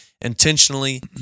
intentionally